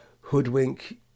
hoodwink